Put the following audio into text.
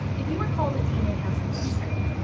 if you recall that dna has two strands,